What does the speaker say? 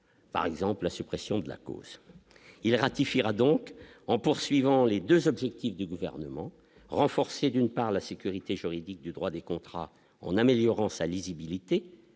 par exemple la suppression de la cause il ratifiera donc en poursuivant les 2 objectifs du gouvernement renforcé d'une part la sécurité juridique du droit des contrats en améliorant sa lisibilité,